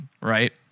right